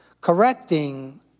Correcting